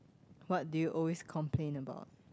what do you always complain about